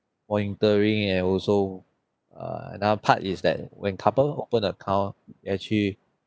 monitoring and also err another part is that when couple open account actually